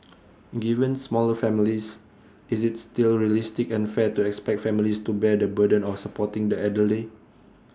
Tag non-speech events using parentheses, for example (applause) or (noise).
(noise) given smaller families is IT still realistic and fair to expect families to bear the burden of supporting the elderly